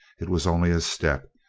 it was only a step!